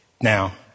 Now